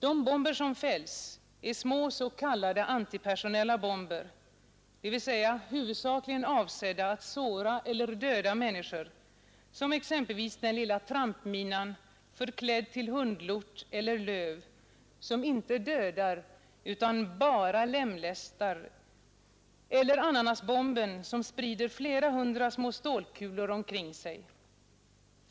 De bomber som fälls är små s.k. antipersonella bomber, dvs. huvudsakligen avsedda att såra eller döda människor som exempelvis den lilla trampminan förklädd till hundlort eller löv, som inte dödar utan ”bara” lemlästar, eiler ananasbomben, som sprider flera hundra små stålkulor omkring sig.